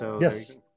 Yes